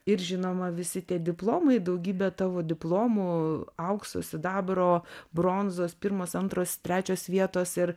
ir žinoma visi tie diplomai daugybė tavo diplomų aukso sidabro bronzos pirmos antros trečios vietos ir